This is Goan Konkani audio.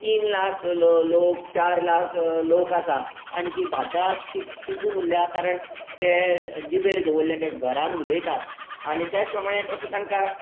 तीन लाख लोक चार लाख लोक आसा आनी ती भाशा ति तिगून उरल्या कारण ते जिबेर दवरल्या ते घरांत उलयता आनी तेंच प्रमाणे तसो तांकां त्रासूय जाता